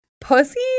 pussy